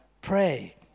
Pray